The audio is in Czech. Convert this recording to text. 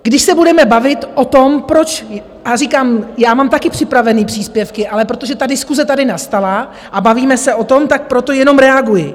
Když se budeme bavit o tom, proč a říkám, já mám také připravené příspěvky, ale protože ta diskuse tady nastala a bavíme se o tom, tak proto jenom reaguji.